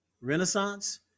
Renaissance